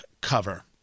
cover